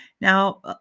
Now